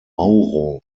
mauro